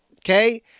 Okay